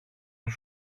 του